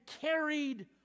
carried